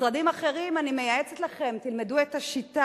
משרדים אחרים, אני מייעצת לכם, תלמדו את השיטה.